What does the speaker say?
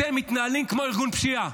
אתם מתנהלים כמו ארגון פשיעה.